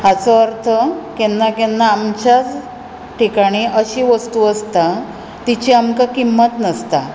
हाचो अर्थ केन्ना केन्ना आमच्याच ठिकाणी अशी वस्तू आसता तिची आमकां किम्मत नासता